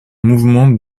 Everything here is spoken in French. mouvement